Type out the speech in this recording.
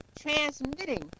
transmitting